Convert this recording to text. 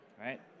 right